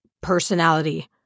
personality